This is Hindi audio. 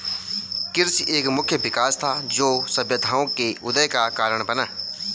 कृषि एक मुख्य विकास था, जो सभ्यताओं के उदय का कारण बना